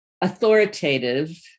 authoritative